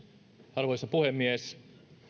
arvoisa puhemies